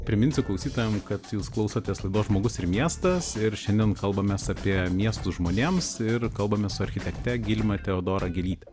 priminsiu klausytojam kad jūs klausotės laidos žmogus ir miestas ir šiandien kalbamės apie miestus žmonėms ir kalbame su architekte gilma teodora gylyte